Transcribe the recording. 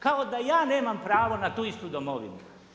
Kao da ja nemam pravo na tu istu domovinu.